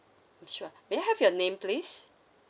sure may I have your name please